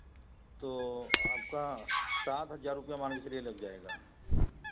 तो आपका सात हज़ार रुपये मान कर चलिए लग जाएगा